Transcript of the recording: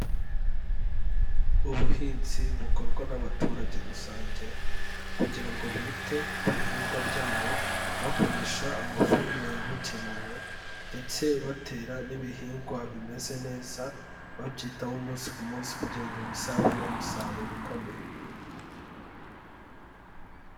Ubuhinzi bukorwa n'abaturage rusange kugira ngo bite ku bihingwa byabo bakoresha amafumbire yabugenewe ndetse batera n'ibihingwa bimeze neza, babyitaho umunsi ku munsi kugira ngo bizavemo umusaruro ukomeye.